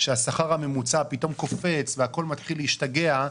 שהשכר הממוצע פתאום קופץ והכול מתחיל להשתגע,